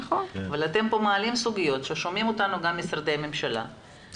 אבל אתם מעלים כאן סוגיות שמשרדי הממשלה שומעים אותנו,